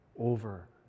over